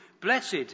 Blessed